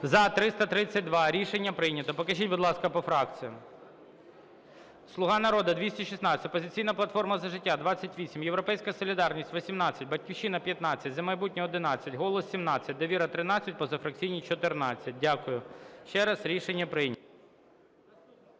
За-332 Рішення прийнято. Покажіть, будь ласка, по фракціям. "Слуга народу" – 216. "Опозиційна платформа – За життя" – 28. "Європейська Солідарність" – 18. "Батьківщина" – 15. "За майбутнє" – 11. "Голос" – 17. "Довіра" – 13. Позафракційні – 14. Дякую. Ще раз, рішення прийнято.